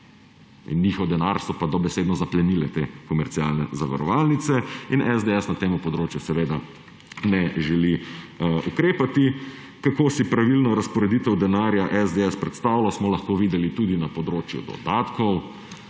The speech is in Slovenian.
Njihov denar so pa dobesedno zaplenile te komercialne zavarovalnice. In SDS na tem področju seveda ne želi ukrepati. Kako si pravilno razporeditev denarja SDS predstavlja, smo lahko videli tudi na področju dodatkov.